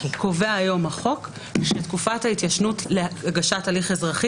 קובע היום החוק שתקופת ההתיישנות להגשת הליך אזרחי